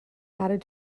added